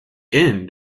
end